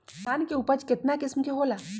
धान के उपज केतना किस्म के होला?